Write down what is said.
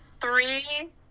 three